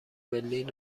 برلین